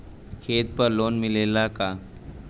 खेत पर लोन मिलेला का?